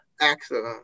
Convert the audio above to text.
accident